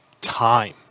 time